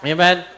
Amen